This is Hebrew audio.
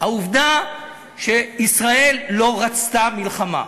העובדה שישראל לא רצתה מלחמה,